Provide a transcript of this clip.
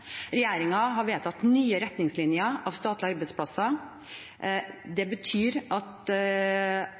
har vedtatt nye retningslinjer for statlige arbeidsplasser. Det betyr at